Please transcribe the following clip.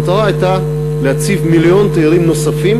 המטרה הייתה להביא מיליון תיירים נוספים